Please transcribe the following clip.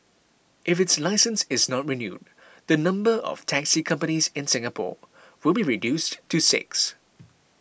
if its licence is not renewed the number of taxi companies in Singapore will be reduced to six